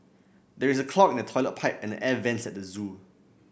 there is a clog in the toilet pipe and the air vents at the zoo